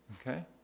Okay